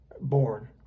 born